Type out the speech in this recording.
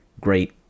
great